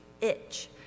itch